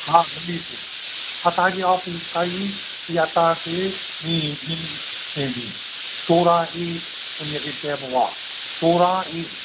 हा मिले थो हा तव्हांखे ऑफ़िस काई यात्रा ते बि मिली वेंदी सोरहां ई उन्हीअ खे चइबो आहे सोरहां ई